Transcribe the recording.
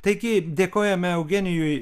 taigi dėkojame eugenijui